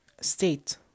state